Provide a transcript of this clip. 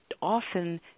often